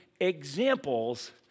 examples